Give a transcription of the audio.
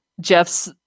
Jeff's